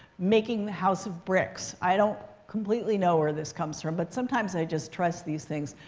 making the house of bricks. i don't completely know where this comes from. but sometimes, i just trust these things.